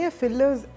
fillers